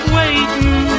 waiting